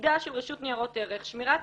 שתפקידה של רשות לניירות ערך: שמירת